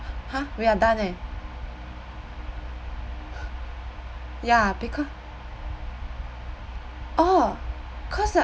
!huh! we're done leh ya becau~ orh cause